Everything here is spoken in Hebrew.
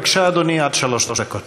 בבקשה, אדוני, עד שלוש דקות.